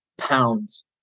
Pounds